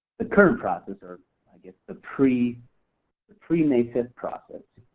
the current process, or i guess the pre-may the pre-may five process